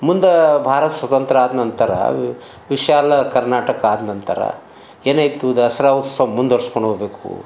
ಮುಂದೆ ಭಾರತ ಸ್ವತಂತ್ರ ಆದ ನಂತರ ವಿಶಾಲ ಕರ್ನಾಟಕ ಆದ ನಂತರ ಏನಾಯ್ತು ದಸರಾ ಉತ್ಸವ ಮುಂದುವರ್ಸ್ಕೊಂಡು ಹೋಗಬೇಕು